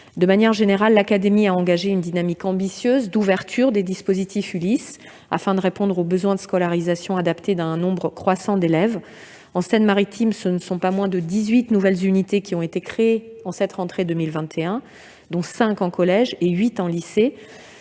De manière générale, l'académie a engagé une dynamique ambitieuse d'ouverture de dispositifs ULIS, afin de répondre aux besoins de scolarisation adaptée d'un nombre croissant d'élèves. Ainsi, en Seine-Maritime, ce ne sont pas moins de 18 nouvelles unités qui ont été créées à la rentrée 2021, dont 5 en collège et 8 en lycée,